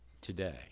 today